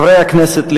חברי הכנסת,